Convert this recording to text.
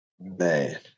man